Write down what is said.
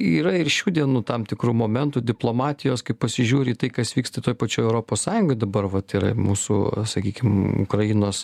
yra ir šių dienų tam tikrų momentų diplomatijos kai pasižiūri į tai kas vyksta toj pačioj europos sąjungoj dabar vat yra mūsų sakykim ukrainos